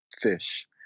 fish